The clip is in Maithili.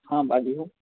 हँ बाजू